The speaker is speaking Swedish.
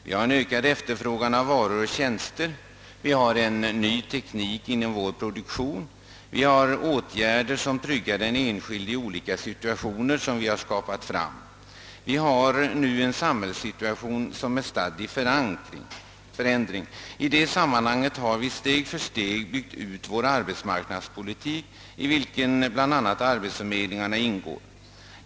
Vi har fått en ökad efterfrågan på varor och tjänster, ny teknik inom vår produktion, åtgärder som tryggar den enskilde i olika situationer som vi har skapat fram. Hela samhällssituationen är stadd i förändring. I det sammanhanget har vi steg för steg byggt ut arbetsmarknadspolitiken, i vilken bl.a. arbetsförmedlingen ingår.